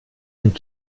ein